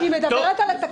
כי היא מדברת על התקציב,